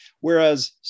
Whereas